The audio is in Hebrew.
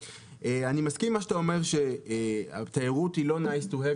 אני מסכים עם מה שאתה אומר שהתיירות היא לא nice to have,